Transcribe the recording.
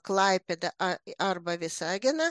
klaipėdą arba visaginą